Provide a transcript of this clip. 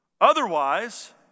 Otherwise